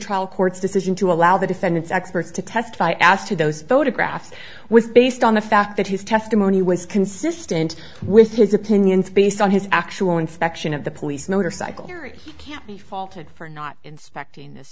trial court's decision to allow the defendant's experts to testify as to those photographs was based on the fact that his testimony was consistent with his opinions based on his actual inspection of the police motorcycle theory can't be faulted for not inspecting his